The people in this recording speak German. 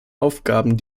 aufgaben